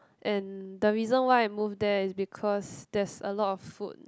and the reason why I move there is because there's a lot of food